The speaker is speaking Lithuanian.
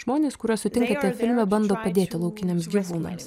žmonės kuriuos sutinkate filme bando padėti laukiniams gyvūnams